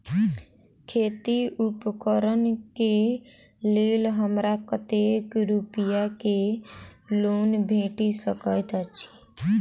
खेती उपकरण केँ लेल हमरा कतेक रूपया केँ लोन भेटि सकैत अछि?